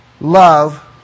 love